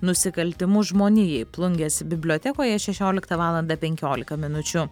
nusikaltimus žmonijai plungės bibliotekoje šešioliktą valandą penkiolika minučių